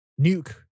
Nuke